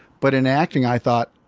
but in acting, i thought,